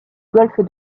golfe